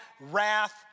wrath